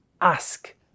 ask